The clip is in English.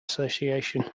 association